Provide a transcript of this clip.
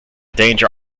danger